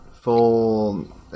full